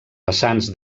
vessants